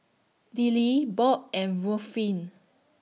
Dillie Bob and Ruffin